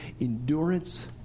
endurance